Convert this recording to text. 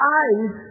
eyes